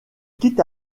quitte